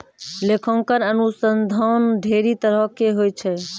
लेखांकन अनुसन्धान ढेरी तरहो के होय छै